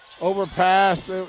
Overpass